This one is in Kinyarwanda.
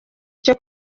cyo